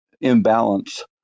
imbalance